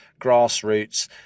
grassroots